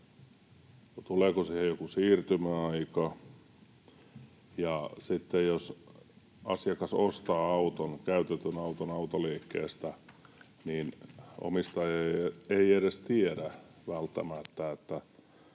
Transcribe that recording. tuleeko siihen joku siirtymäaika? Jos asiakas ostaa käytetyn auton autoliikkeestä, niin omistaja ei välttämättä edes